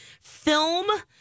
film